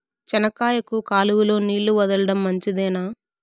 చెనక్కాయకు కాలువలో నీళ్లు వదలడం మంచిదేనా?